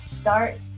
start